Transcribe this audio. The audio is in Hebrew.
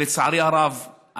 לצערי הרב,